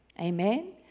Amen